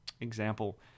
example